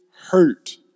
hurt